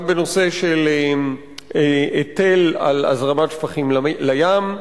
גם בנושא של היטל על הזרמת שפכים לים.